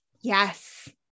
Yes